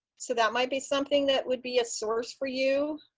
so that might be something that would be a source for you.